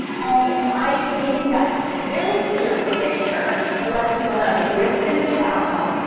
and and am i painting that very clear picture that lets people know, hey, here's going to be the outcome,